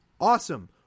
Awesome